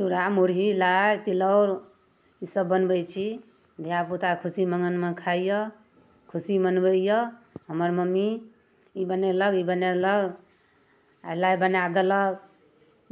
चूड़ा मुरही लाइ चिल्लौर ईसब बनबै छी धिआपुता खुशी मगनमे खाइए खुशी मनबैए हमर मम्मी ई बनेलक ई बनेलक आइ लाइ बना देलक